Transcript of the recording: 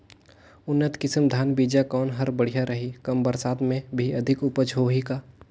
उन्नत किसम धान बीजा कौन हर बढ़िया रही? कम बरसात मे भी अधिक उपज होही का?